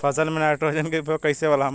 फसल में नाइट्रोजन के उपयोग कइसे होला?